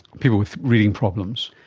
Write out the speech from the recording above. people with reading problems?